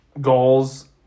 goals